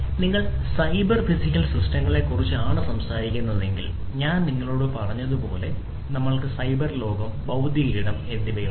നിങ്ങൾ cyber physical സിസ്റ്റങ്ങളെക്കുറിച്ചാണ് സംസാരിക്കുന്നതെങ്കിൽ ഞാൻ നിങ്ങളോട് പറഞ്ഞതുപോലെ ഞങ്ങൾക്ക് സൈബർ ലോകം സൈബർ ലോകം ഭൌതിക ഇടം എന്നിവയുണ്ട്